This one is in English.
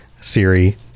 Siri